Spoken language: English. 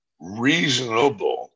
reasonable